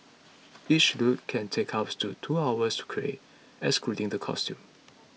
each look can take up to two hours to create excluding the costume